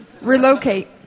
Relocate